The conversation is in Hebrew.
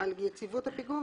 על יציבות הפיגום,